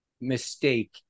mistake